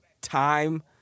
time